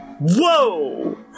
Whoa